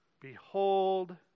Behold